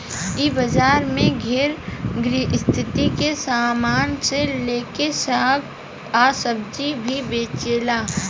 इ बाजार में घर गृहस्थी के सामान से लेके साग आ सब्जी भी बेचाला